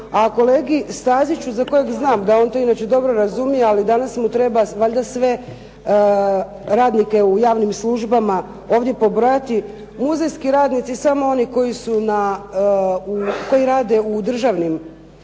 A kolegi Staziću za kojeg znam da on to inače dobro razumije ali danas mu treba valjda sve radnike u javnim službama ovdje pobrojati. Muzejski radnici samo oni koji rade u državnim